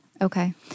Okay